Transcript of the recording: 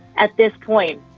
at this point,